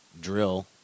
drill